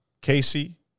Casey